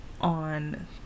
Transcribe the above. on